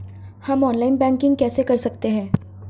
हम online banking कैसे कर सकते हैं?